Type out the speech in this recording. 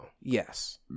Yes